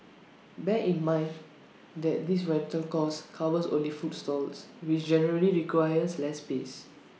bear in mind that this rental cost covers only food stalls which generally requires less space